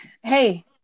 Hey